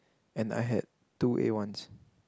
and I had two A ones